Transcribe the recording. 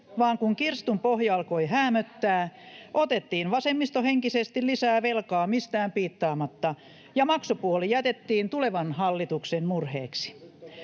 vaan kun kirstun pohja alkoi häämöttää, otettiin vasemmistohenkisesti lisää velkaa mistään piittaamatta ja maksupuoli jätettiin tulevan hallituksen murheeksi.